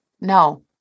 No